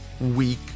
weak